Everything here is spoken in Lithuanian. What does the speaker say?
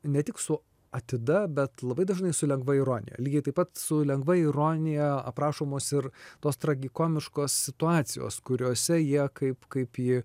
ne tik su atida bet labai dažnai su lengva ironija lygiai taip pat su lengva ironija aprašomos ir tos tragikomiškos situacijos kuriose jie kaip kaip į